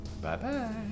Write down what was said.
Bye-bye